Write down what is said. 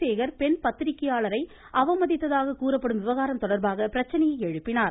சேகர் பெண் பத்திரிக்கையாளரை அவமதித்தாக கூறப்படும் விவகாரம் தொடர்பாக பிரச்சினையை எழுப்பினார்